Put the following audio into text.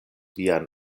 vian